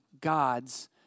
God's